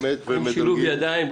בשילוב ידיים.